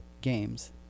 Games